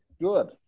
Good